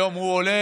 היום הוא עולה,